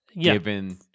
given